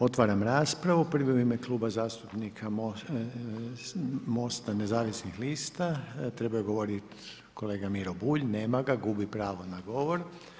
Otvaram raspravi, prvi u ime Kluba zastupnika MOST-a nezavisnih lista trebao je govoriti kolega Miro Bulj, nema ga, gubi pravo na govor.